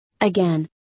again